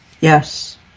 Yes